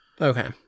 Okay